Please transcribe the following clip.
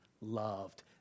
loved